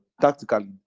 tactically